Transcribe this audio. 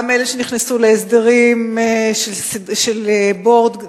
גם אלה שנכנסו להסדרים של board,